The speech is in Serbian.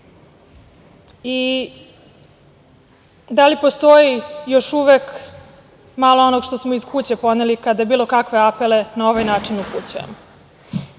i da li postoji još uvek malo onoga što smo iz kuće poneli kada bilo kakve apele na ovaj način